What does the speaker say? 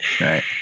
Right